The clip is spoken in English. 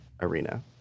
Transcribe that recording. arena